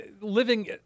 living